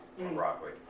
Broccoli